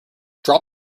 drop